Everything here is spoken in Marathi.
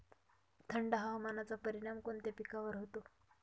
थंड हवामानाचा परिणाम कोणत्या पिकावर होतो?